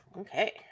okay